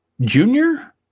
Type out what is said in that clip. junior